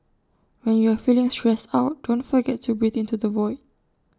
when you are feeling stressed out don't forget to breathe into the void